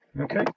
okay